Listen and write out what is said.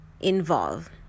involve